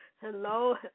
hello